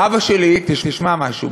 אבא שלי, תשמע משהו.